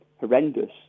horrendous